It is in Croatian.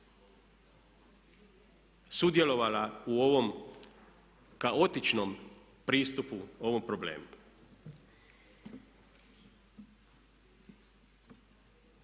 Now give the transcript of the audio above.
sudjelovala u ovom kaotičnom pristupu ovom problemu.